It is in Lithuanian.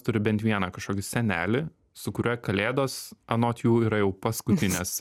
turi bent vieną kažkokį senelį su kuriuo kalėdos anot jų yra jau paskutinės